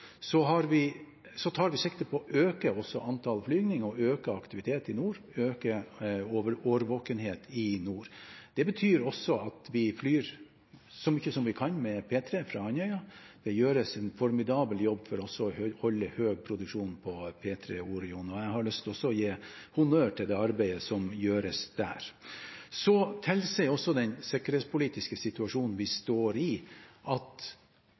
tar vi sikte på å øke også antallet flygninger og øke aktivitet i nord, øke årvåkenhet i nord. Det betyr også at vi flyr så mye vi kan med P-3 fra Andøya. Det gjøres en formidabel jobb for oss å holde høy produksjon på P-3 Oreon, og jeg har lyst til å gi honnør til det arbeidet som gjøres der. Så tilsier også den sikkerhetspolitiske situasjonen vi står i, at